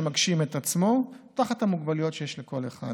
שמגשים את עצמו, תחת המוגבלויות שיש לכל אחד.